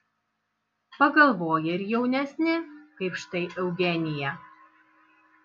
pagalvoja ir jaunesni kaip štai eugenija